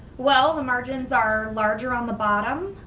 well, the margins are larger on the bottom.